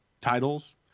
titles